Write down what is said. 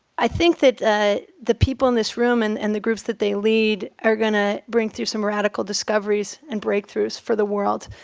i think that ah the people in this room and and the groups that they lead are going to bring through some radical discoveries and breakthroughs for the world.